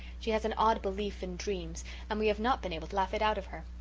she has an odd belief in dreams and we have not been able to laugh it out of her.